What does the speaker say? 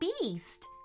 beast